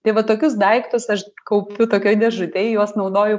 tai vat tokius daiktus aš kaupiu tokioj dėžutėj juos naudoju